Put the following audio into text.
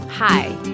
Hi